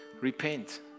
repent